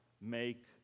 make